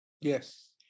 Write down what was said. Yes